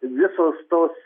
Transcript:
visos tos